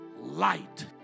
Light